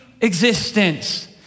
existence